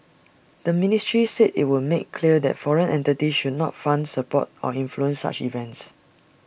the ministry said IT would make clear that foreign entities should not fund support or influence such events